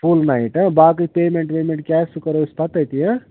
full نایِٹ ہا باقٕے پیٚمٮ۪نٛٹ ویمٮ۪نٛٹ کیٛاہ آسہِ سُہ کرو أسۍ پَتہٕ تٔتی